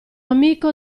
amico